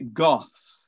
goths